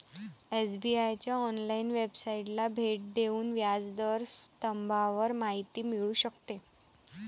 SBI च्या online वेबसाइटला भेट देऊन व्याज दर स्तंभावर माहिती मिळू शकते